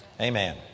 Amen